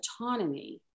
autonomy